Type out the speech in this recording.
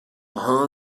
hone